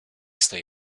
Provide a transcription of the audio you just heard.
stoi